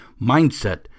Mindset